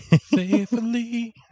faithfully